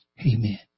Amen